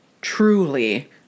Truly